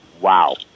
Wow